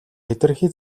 хэтэрхий